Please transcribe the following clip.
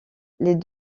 les